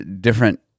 different